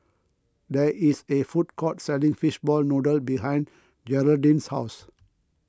there is a food court selling Fishball Noodle behind Jeraldine's house